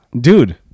dude